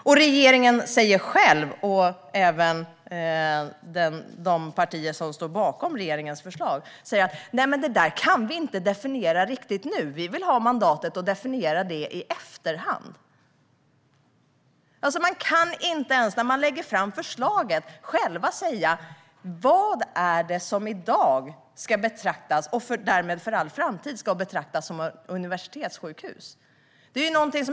Regeringen själv, och även de partier som står bakom regeringens förslag, säger: Det kan vi inte riktigt definiera nu. Vi vill ha mandat att definiera det i efterhand. Man kan alltså inte när man lägger fram förslaget själv säga vad det är som i dag och därmed för all framtid ska betraktas som universitetssjukhus.